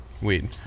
weed